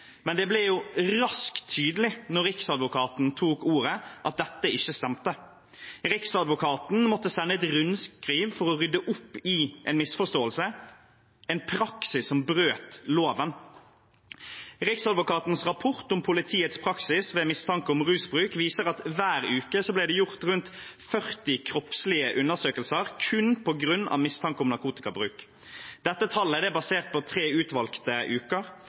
Men det ble raskt tydelig da riksadvokaten tok ordet, at dette ikke stemte. Riksadvokaten måtte sende et rundskriv for å rydde opp i en misforståelse – det var en praksis som brøt loven. Riksadvokatens rapport om politiets praksis ved mistanke om rusbruk viser at hver uke ble det gjort rundt 40 kroppslige undersøkelser kun på grunn av mistanke om narkotikabruk. Dette tallet er basert på tre utvalgte uker.